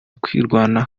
kwirwanaho